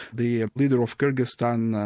the leader of kyrgyzstan,